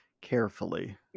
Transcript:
carefully